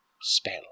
spell